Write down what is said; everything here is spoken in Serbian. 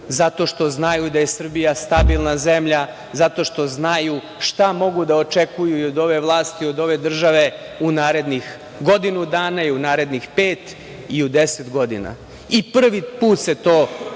zato što znaju da je Srbija stabilna zemlja, zato što znaju šta mogu da očekuju i od ove vlasti i od ove države u narednih godinu dana i u narednih pet i u deset godina. Prvi put se događa